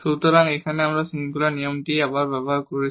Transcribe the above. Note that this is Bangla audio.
সুতরাং এখানে আমরা এই শৃঙ্খলা নিয়মটি আবার ব্যবহার করেছি